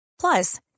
Plus